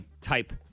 type